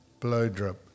Blowdrop